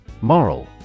Moral